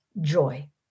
joy